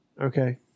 okay